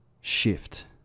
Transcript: shift